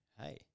hey